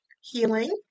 healing